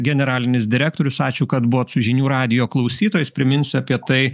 generalinis direktorius ačiū kad buvot su žinių radiju klausytojais priminsiu apie tai